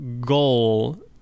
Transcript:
goal